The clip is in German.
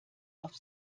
auf